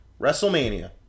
WrestleMania